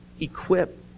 equip